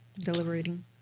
Deliberating